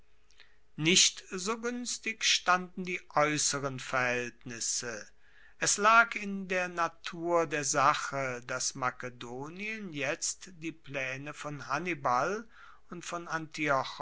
nicht so guenstig standen die aeusseren verhaeltnisse es lag in der natur der sache dass makedonien jetzt die plaene von hannibal und von